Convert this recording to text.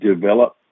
develop